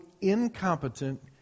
incompetent